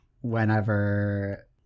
whenever